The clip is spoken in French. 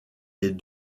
est